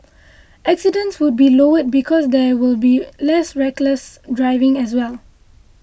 accidents would be lowered because there will be less reckless driving as well